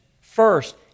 First